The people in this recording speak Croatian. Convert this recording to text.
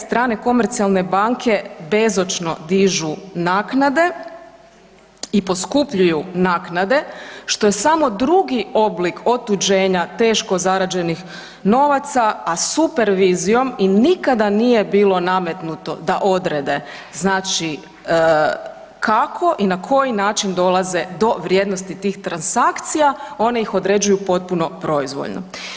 Strane komercijalne banke bezočno dižu naknade i poskupljuju naknade što je samo drugi oblik otuđenja teško zarađenih novaca, a supervizijom im nikada nije bilo nametnuto da odrede znači kako i na koji način dolaze do vrijednosti tih transakcija, one ih određuju potpuno proizvoljno.